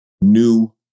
new